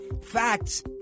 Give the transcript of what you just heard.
facts